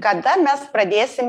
kada mes pradėsim